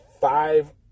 five